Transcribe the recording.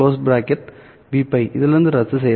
Vπ இதிலிருந்து ரத்துசெய்யப்படும்